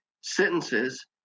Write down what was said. sentences